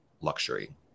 luxury